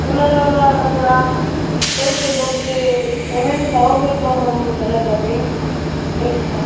colour वलर अगर आप पैसे दोगे पैमेंट करोगे तो हम कलर कर देंगे एक्ष्ट्रा